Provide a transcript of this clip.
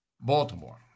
Baltimore